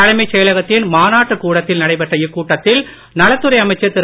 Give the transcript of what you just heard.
தலைமைச் செயலகத்தின் மாநாட்டு கூடத்தில் நடைபெற்ற இக்கூட்டத்தில் நலத்துறை அமைச்சர் திரு